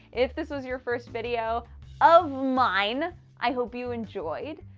if this was your first video of mine i hope you enjoyed